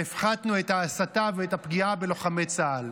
והפחתנו את ההסתה ואת הפגיעה בלוחמי צה"ל.